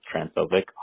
transphobic